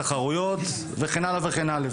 תחרויות וכן הלאה.